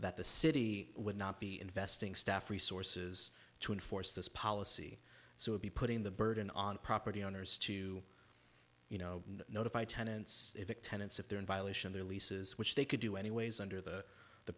that the city would not be investing staff resources to enforce this policy so would be putting the burden on property owners to you know notify tenants tenants if they're in violation of their leases which they could do anyways under the the